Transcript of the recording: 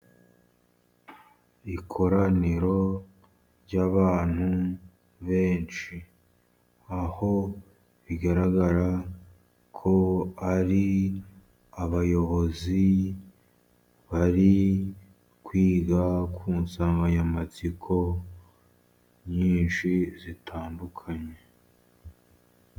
ikoraniro ry'abantu benshi aho bigaragara ko ari abayobozi bari kwiga ku nsanganyamatsiko nyinshi zitandukanye